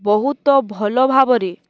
ବହୁତ ଭଲ ଭାବରେ